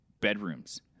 bedrooms